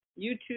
YouTube